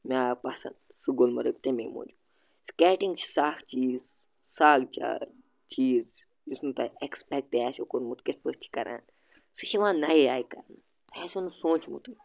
مےٚ آو پَسنٛد سُہ گُلمَرگ تٔمی موٗجوٗب سِکیٹِنٛگ چھِ سۅ اکھ چیٖز سۅ اکھ جاے چیٖز یُس نہٕ تۄہہِ ایٚکٕسپیٚکٹٕے آسہِ کوٚرمُت کِتھٕ پٲٹھۍ چھِ کَران سُہ چھِ یِوان نَیے آیہِ کَرنہٕ تۄہہِ آسوٕ نہٕ سونٛچمُتُے